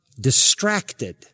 distracted